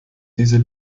dieser